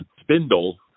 spindle